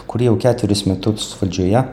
kuri jau ketverius metus valdžioje